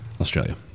Australia